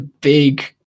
big